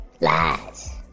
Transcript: Lies